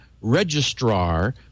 registrar